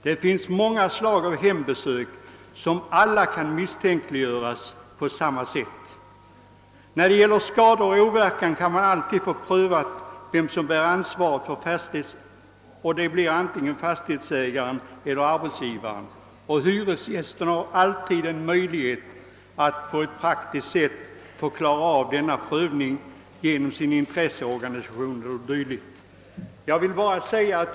Det finns många slag av hembesök som alla kan misstänkliggöras på detta sätt. När det gäller skador och åverkan kan man alltid få prövat vem som bär ansvaret för fastigheten. Det är antingen fastighetsägaren eller arbetsgivaren, och hyresgästen har alltid möjlighet att på ett praktiskt sätt klara av denna prövning genom t.ex. sin intresseorganisation.